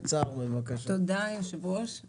תודה היושב-ראש,